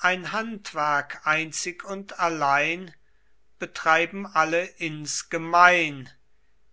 ein handwerk einzig und allein betreiben alle insgemein